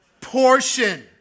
Portion